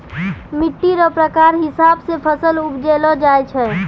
मिट्टी रो प्रकार हिसाब से फसल उपजैलो जाय छै